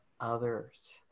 others